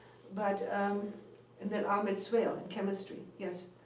but um and then ahmed zewail, in chemistry. yes,